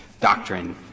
doctrine